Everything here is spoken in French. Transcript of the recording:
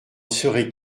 seraient